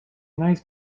nice